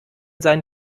seinen